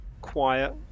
quiet